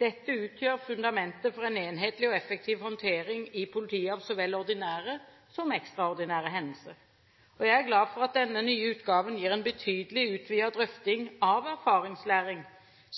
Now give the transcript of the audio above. Dette utgjør fundamentet for en enhetlig og effektiv håndtering i politiet av så vel ordinære som ekstraordinære hendelser. Jeg er glad for at denne nye utgaven gir en betydelig utvidet drøfting av erfaringslæring,